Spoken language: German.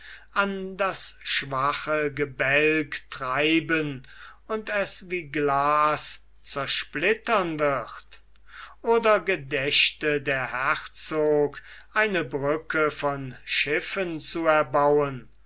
an das schwache gebälk treiben und es wie glas zersplittern wird oder gedächte der herzog eine brücke von schiffen zu erbauen